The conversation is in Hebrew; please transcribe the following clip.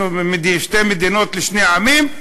שתי מדינות לשני עמים,